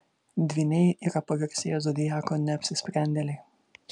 dvyniai yra pagarsėję zodiako neapsisprendėliai